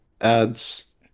adds